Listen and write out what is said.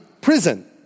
prison